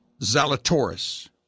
Zalatoris